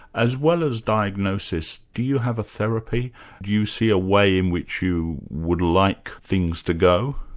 as well as diagnosis, do you have a therapy? do you see a way in which you would like things to go?